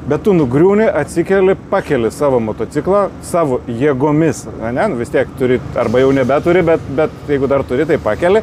bet tu nugriūni atsikeli pakeli savo motociklą savo jėgomis ane nu vis tiek turi arba jau nebeturi bet bet jeigu dar turi tai pakeli